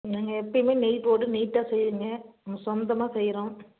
நாங்கள் எப்பேயுமே நெய் போட்டு நீட்டாக செய்வோங்க நாங்கள் சொந்தமாக செய்கிறோம்